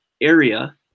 area